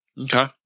Okay